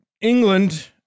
England